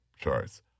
charts